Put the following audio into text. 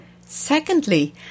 Secondly